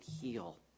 heal